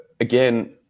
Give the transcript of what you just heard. again